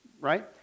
right